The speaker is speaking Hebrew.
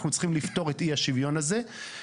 אנחנו צריכים לפתור את אי-השוויון הזה.